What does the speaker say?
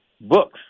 books